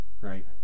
right